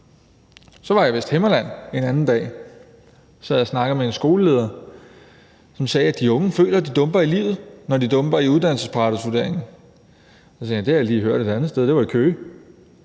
dag var jeg i Vesthimmerland og sad og snakkede med en skoleleder, som sagde, at de unge føler, at de dumper i livet, når de dumper i uddannelsesparathedsvurderingen. Så sagde jeg: Det har jeg lige hørt et andet sted – det var i Køge.